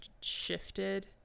shifted